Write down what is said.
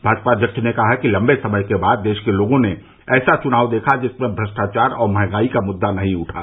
भाजपा अध्यक्ष ने कहा कि लंबे समय के बाद देश के लोगों ने ऐसा चुनाव देखा जिसमें भ्रष्टाचार और महंगाई का मुद्दा नहीं उठा